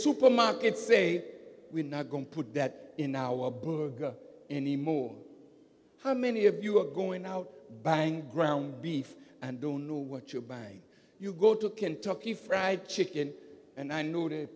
supermarkets say we're not going to put that in our burger anymore how many of you are going out bang ground beef and don't know what you're buying you go to kentucky fried chicken and i know